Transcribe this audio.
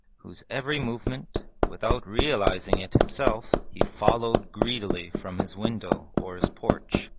whose every movement, without realizing it himself, he followed greedily from his window or his porch.